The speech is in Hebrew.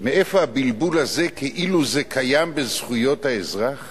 מאיפה הבלבול הזה כאילו זה קיים בזכויות האזרח?